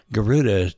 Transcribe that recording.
Garuda